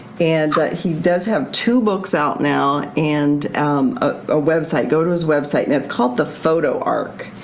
and but he does have two books out now and a website. go to his website. and it's called the photo ark.